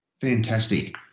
Fantastic